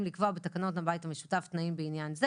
לקבוע בתקנות הבית המשותף תנאים בעניין זה.